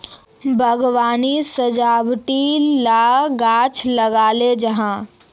बाग्वानित सजावटी ला गाछ लगाल जाहा